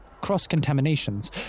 cross-contaminations